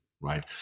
right